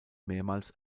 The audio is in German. mehrmals